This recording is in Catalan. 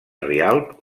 rialb